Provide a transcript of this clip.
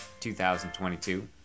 2022